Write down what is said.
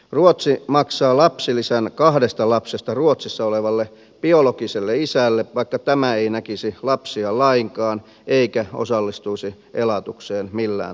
ruotsi maksaa lapsilisän kahdesta lapsesta ruotsissa olevalle biologiselle isälle vaikka tämä ei näkisi lapsiaan lainkaan eikä osallistuisi elatukseen millään tavalla